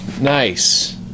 Nice